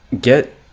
get